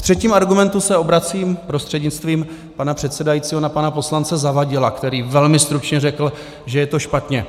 Ve třetím argumentu se obracím prostřednictvím pana předsedajícího na pana poslance Zavadila, který velmi stručně řekl, že je to špatně.